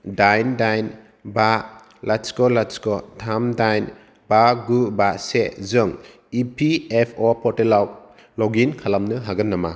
दाइन दाइन बा लाथिख' लाथिख' थाम दाइन बा गु बा से जों इ पि एफ अ पर्टेलाव लग इन खालामनो हागोन नामा